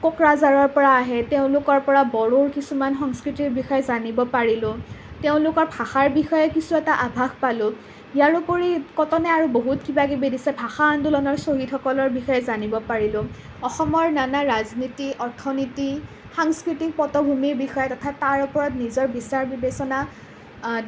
কোকৰাঝাৰৰ পৰা আহে তেওঁলোকৰ পৰা বড়োৰ কিছুমান সংস্কৃতিৰ বিষয়ে জানিব পাৰিলোঁ তেওঁলোকৰ ভাষাৰ বিষয়ে কিছু এটা আভাস পালোঁ ইয়াৰোপৰি কটনে আৰু বহুত কিবা কিবি দিছে ভাষা আন্দোলনৰ শ্বহীদসকলৰ বিষয়ে জানিব পাৰিলোঁ অসমৰ নানা ৰাজনীতি অৰ্থনীতি সাংস্কৃতিক পটভূমিৰ বিষয়ে তথা তাৰ ওপৰত নিজৰ বিচাৰ বিবেচনা